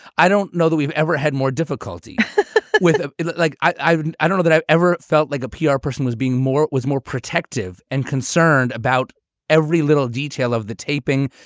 i don't know that we've ever had more difficulty with ah it like like i i don't know that i've ever felt like a pr person was being more was more protective and concerned about every little detail of the taping.